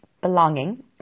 belonging